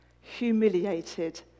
humiliated